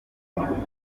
twatangije